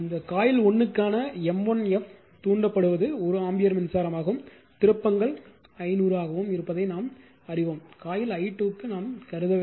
அந்த காயில் 1 க்கான m1 F தூண்டப்படுவது 1 ஆம்பியர் மின்சாரமாகும் திருப்பங்கள் 500 ஆகவும் இருப்பதை நாம் அறிவோம் காயில் i2 ஐ நாம் கருதவில்லை